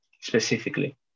specifically